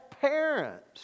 parents